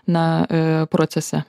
na a procese